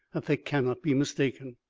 that they cannot be mistaken.